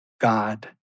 God